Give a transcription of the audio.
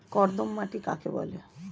কর্দম মাটি কাকে বলে?